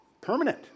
permanent